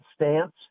Stance